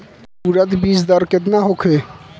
उरद बीज दर केतना होखे?